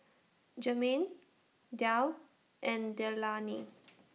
Jermain Darl and Leilani